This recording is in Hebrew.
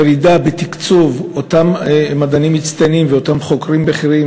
ירידה בתקצוב אותם מדענים מצטיינים ואותם חוקרים בכירים,